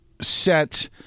set